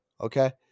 okay